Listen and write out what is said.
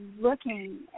looking